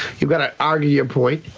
you gotta argue your point.